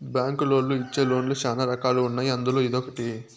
బ్యాంకులోళ్ళు ఇచ్చే లోన్ లు శ్యానా రకాలు ఉన్నాయి అందులో ఇదొకటి